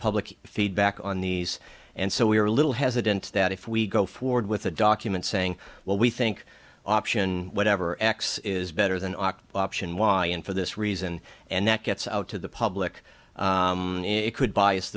public feedback on these and so we are a little hesitant that if we go forward with a document saying well we think option whatever x is better than our option why and for this reason and that gets out to the public it could bias